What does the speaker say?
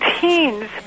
teens